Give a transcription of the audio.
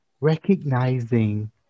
recognizing